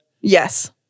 Yes